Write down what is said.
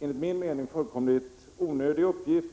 enligt min mening fullkomligt onödig sak.